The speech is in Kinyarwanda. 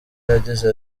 yagize